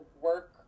work